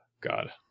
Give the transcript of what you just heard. God